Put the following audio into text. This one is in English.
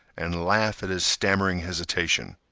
and laugh at his stammering hesitation.